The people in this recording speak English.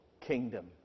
kingdom